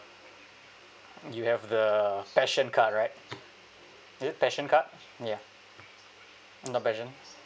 you have the passion card right is it passion card ya not passion